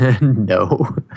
No